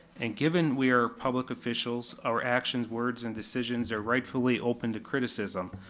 and given we are public officials, our actions, words, and decisions are rightfully open to criticism.